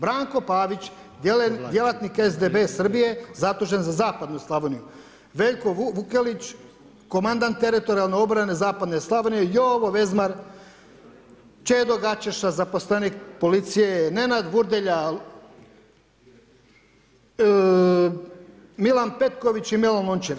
Branko Pavić djelatnik SDB Srbije zadužen za zapadnu Slavoniju, Veljko Vukelić, komandant teritorijalne obrane zapadne Slavonije, Jovo Vezmar, Čedo Gačeša zaposlenik policije, Nenad Vurdelja, Milan Petković i Milan Lončar.